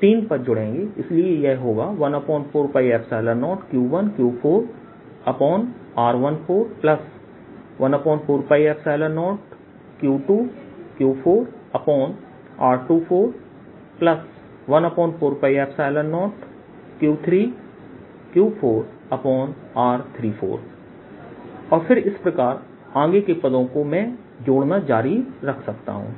तीन पद जुड़ेंगे इसलिए यह होगा 140Q1Q4r14140Q2Q4r24140Q3Q4r34 और फिर इस प्रकार आगे के पदों को मैं जोड़ना जारी रख सकता हूं